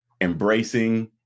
embracing